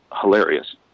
hilarious